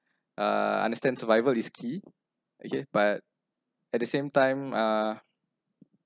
err understand survival is key okay but at the same time err